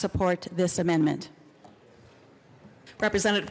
support this amendment represent